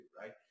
right